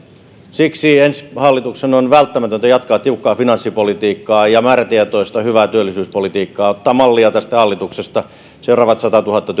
siksi ensi hallituksen on välttämätöntä jatkaa tiukkaa finanssipolitiikkaa ja määrätietoista hyvää työllisyyspolitiikkaa ottaa mallia tästä hallituksesta seuraavat satatuhatta